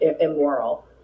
immoral